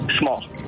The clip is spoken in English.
Small